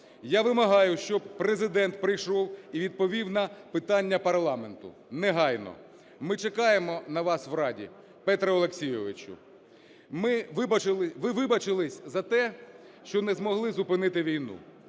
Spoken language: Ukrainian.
Я вимагаю, щоб Президент прийшов і відповів на питання парламенту, негайно. Ми чекаємо на вас в Раді, Петре Олексійовичу. Ви вибачились за те, що не змогли зупинити війну.